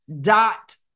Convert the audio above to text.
dot